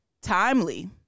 timely